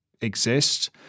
exist